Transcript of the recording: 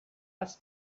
last